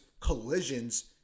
collisions